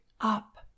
up